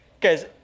Guys